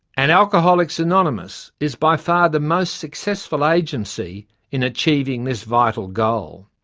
and alcoholics anonymous is by far the most successful agency in achieving this vital goal.